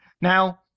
Now